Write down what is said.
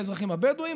לאזרחים הבדואים,